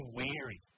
weary